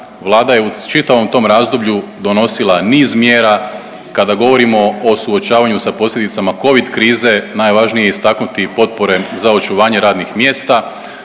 Vlada je u čitavom tom razdoblju donosila niz mjera. Kada govorimo o suočavanju sa posljedicama covid krize najvažnije je istaknuti potpore za očuvanje radnih mjesta,